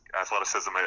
athleticism